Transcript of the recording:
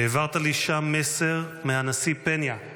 העברת לי שם מסר מהנשיא פניה,